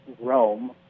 Rome